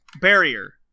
barrier